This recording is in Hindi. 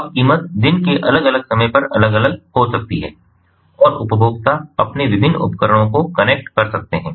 अब कीमत दिन के अलग अलग समय पर अलग अलग हो सकती है और उपभोक्ता अपने विभिन्न उपकरणों को कनेक्ट कर सकते हैं